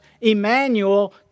Emmanuel